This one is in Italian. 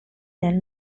nel